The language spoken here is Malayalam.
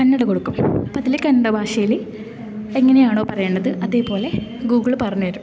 കന്നഡ കൊടുക്കും അപ്പം അതില് കന്നഡ ഭാഷയില് എങ്ങനെയാണോ പറയണ്ടത് അതേപോലെ ഗൂഗിൾ പറഞ്ഞ് തരും